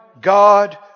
God